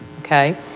Okay